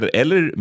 eller